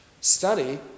study